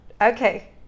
okay